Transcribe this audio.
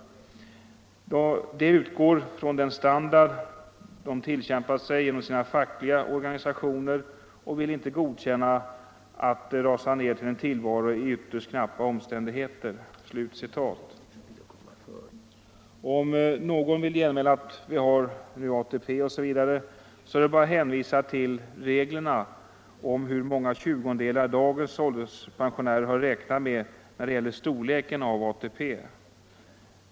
De utgår från den standard de tillkämpat sig genom sina fackliga organisationer och vill inte godkänna att de rasar ned till en tillvaro i ytterst knappa omständigheter.” Om någon vill genmäla att vi nu har ATP osv. så är det bara att hänvisa till reglerna om hur många tjugondelar dagens ålderspensionärer har att räkna med när det gäller storleken av ATP.